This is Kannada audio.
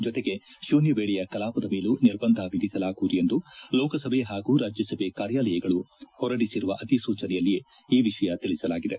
ಜೊತೆಗೆ ಶೂನ್ನ ವೇಳೆಯ ಕಲಾಪದ ಮೇಲೂ ನಿರ್ಬಂಧ ವಿಧಿಸಲಾಗುವುದು ಎಂದು ಲೋಕಸಭೆ ಹಾಗೂ ಕಾಜ್ಞಸಭೆ ಕಾರ್ಯಾಲಯಗಳು ಹೊರಡಿಸಿರುವ ಅಧಿಸೂಚನೆಯಲ್ಲಿ ಈ ವಿಷಯ ತಿಳಿಸಲಾಗಿದೆ